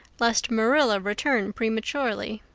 lest marilla return prematurely.